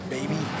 Baby